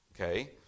Okay